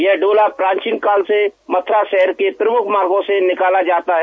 यह डोला प्रावीन काल से मथुरा शहर के प्रमुख मार्गो से निकाला जाता है